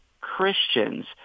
Christians